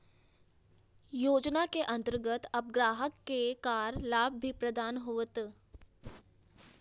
योजना के अंतर्गत अब ग्राहक के कर लाभ भी प्रदान होतय